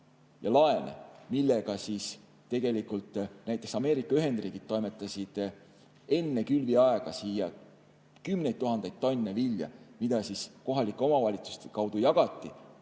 ja laene, mille tulemusel näiteks Ameerika Ühendriigid toimetasid enne külviaega siia kümneid tuhandeid tonne vilja, mida kohalike omavalitsuste kaudu jagati